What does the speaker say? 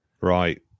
right